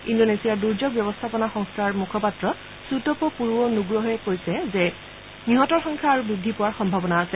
ইণ্ডোনেছিয়াৰ দুৰ্যোগ ব্যৱস্থাপনা সংস্থাৰ মুখপাত্ৰ চুটপ পুৰুৱ নুগ্ৰহ কৈছে যে নিহতৰ সংখ্যা আৰু বৃদ্ধি পোৱাৰ সম্ভাৱনা আছে